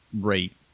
rate